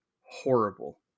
horrible